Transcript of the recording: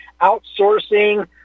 outsourcing